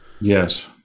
Yes